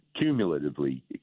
cumulatively